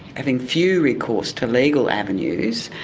having few recourse to legal avenues,